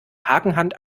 hakenhand